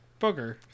booger